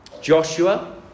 joshua